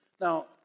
Now